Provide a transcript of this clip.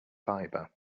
fibre